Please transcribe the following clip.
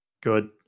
good